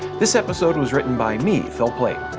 this episode was written by me, phil plait.